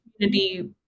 community